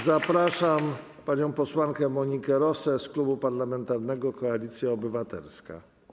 Zapraszam panią posłankę Monikę Rosę z Klubu Parlamentarnego Koalicja Obywatelska.